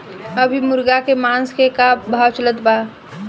अभी मुर्गा के मांस के का भाव चलत बा?